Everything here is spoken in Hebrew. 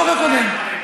עיסאווי, על החוק הקודם.